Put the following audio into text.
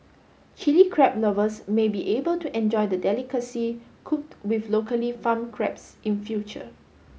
Chilli Crab lovers may be able to enjoy the delicacy cooked with locally farmed crabs in future